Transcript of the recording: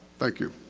thank you.